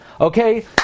Okay